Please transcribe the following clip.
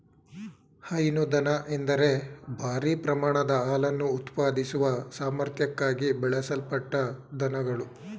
ಹೈನು ದನ ಎಂದರೆ ಭಾರೀ ಪ್ರಮಾಣದ ಹಾಲನ್ನು ಉತ್ಪಾದಿಸುವ ಸಾಮರ್ಥ್ಯಕ್ಕಾಗಿ ಬೆಳೆಸಲ್ಪಟ್ಟ ದನಗಳು